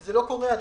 זה לא קורה עדיין.